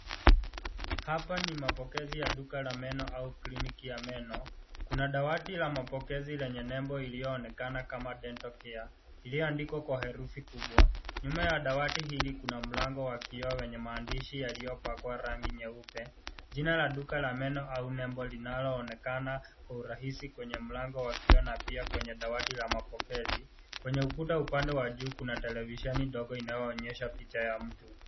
Hapa ni mapokezi ya duka la meno au kliniki ya meno . Kuna dawati la mapokezi lenye nembo iliyooneka kama dental care iliyoandikwa kwa herufi kubwa . Nyuma ya dawati hili kuna mlango wa kioo wenye maandishi yaliyopakwa rangi nyeupe . Jina la duka la meno au nembo linaloonekana kwa urahisi kwenye mlango wakioo na pia kwenye dawati la mapokezi . Kwenye ukuta upande wa juu kuna televisheni ndogo inayoonyesha picha ya mtu.